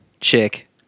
chick